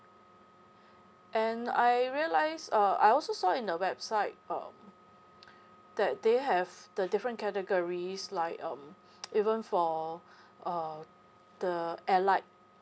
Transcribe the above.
and I realise uh I also saw in the website uh that they have the different categories like um even for uh the allied